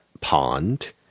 pond